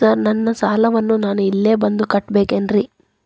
Sir ನನ್ನ ಸಾಲವನ್ನು ನಾನು ಇಲ್ಲೇ ಬಂದು ಕಟ್ಟಬೇಕೇನ್ರಿ?